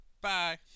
bye